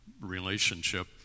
relationship